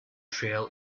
trail